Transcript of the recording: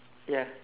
ya